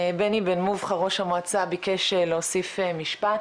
בני בן מובחר ראש המועצה ביקש להוסיף משפט,